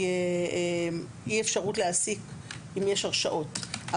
לגבי אי אפשרות להעסיק אם יש הרשעות.